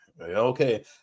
Okay